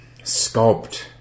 sculpt